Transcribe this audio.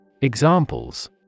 Examples